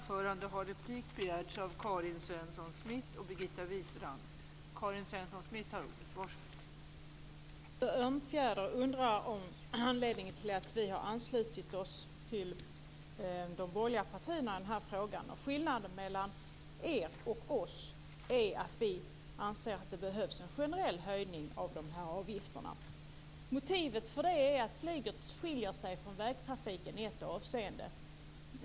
Fru talman! Krister Örnfjäder undrar om anledningen till att vi har anslutit oss till de borgerliga partierna i den här frågan. Skillnaden mellan er och oss är att vi anser att det behövs en generell höjning av avgifterna. Motivet för det är att flyget skiljer sig från vägtrafiken i ett avseende.